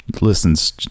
listens